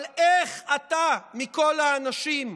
אבל איך אתה, מכל האנשים,